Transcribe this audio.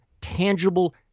tangible